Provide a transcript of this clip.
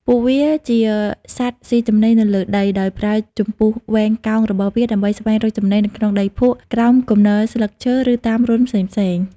ពួកវាជាសត្វស៊ីចំណីនៅលើដី ដោយប្រើ ចំពុះវែងកោង របស់វាដើម្បីស្វែងរកចំណីនៅក្នុងដីភក់ ក្រោមគំនរស្លឹកឈើ ឬតាមរន្ធផ្សេងៗ។